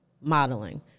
modeling